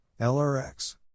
LRX